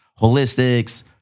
Holistics